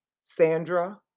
Sandra